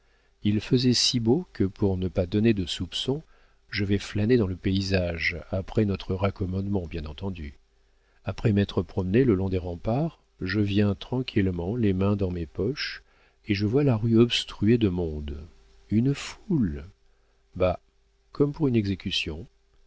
il faisait si beau que pour ne pas donner de soupçons je vais flâner dans le paysage après notre raccommodement bien entendu après m'être promené le long des remparts je viens tranquillement les mains dans mes poches et je vois la rue obstruée de monde une foule bah comme pour une exécution